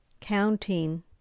counting